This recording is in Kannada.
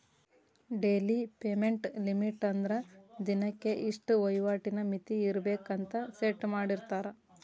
ಡೆಲಿ ಪೇಮೆಂಟ್ ಲಿಮಿಟ್ ಅಂದ್ರ ದಿನಕ್ಕೆ ಇಷ್ಟ ವಹಿವಾಟಿನ್ ಮಿತಿ ಇರ್ಬೆಕ್ ಅಂತ ಸೆಟ್ ಮಾಡಿರ್ತಾರ